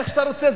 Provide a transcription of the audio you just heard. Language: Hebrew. איך שאתה רוצה,